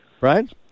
Right